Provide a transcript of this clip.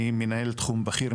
אני מנהל תחום בכיר,